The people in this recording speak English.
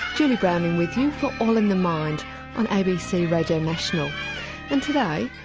julie browning with you for all in the mind on abc radio national and today,